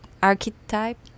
Archetype